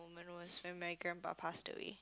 moment was when my grandpa passed away